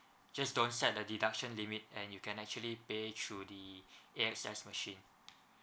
just don't set the deduction limit and you can actually pay through the A_X_S machine